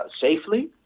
safely